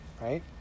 right